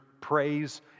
praise